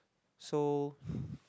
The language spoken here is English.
so